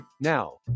Now